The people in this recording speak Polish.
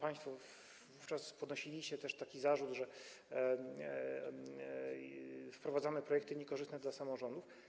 Państwo wówczas podnosiliście też taki zarzut, że wprowadzamy projekty niekorzystne dla samorządów.